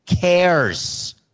cares